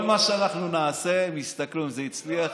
על כל מה שאנחנו נעשה הם יסתכלו אם זה הצליח.